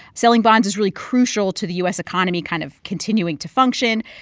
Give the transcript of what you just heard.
selling bonds is really crucial to the u s. economy kind of continuing to function.